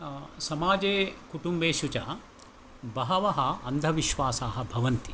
समाजे कुटुम्बेषु च बहवः अन्धविश्वासः भवन्ति